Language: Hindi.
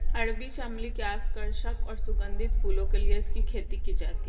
अरबी चमली की आकर्षक और सुगंधित फूलों के लिए इसकी खेती की जाती है